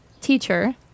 teacher